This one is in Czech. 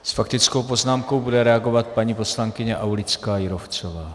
S faktickou poznámkou bude reagovat paní poslankyně Aulická Jírovcová.